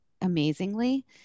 amazingly